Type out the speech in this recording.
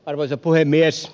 arvoisa puhemies